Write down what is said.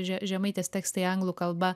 že žemaitės tekstai anglų kalba